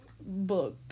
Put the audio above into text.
book